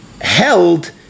held